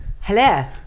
Hello